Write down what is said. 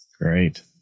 Great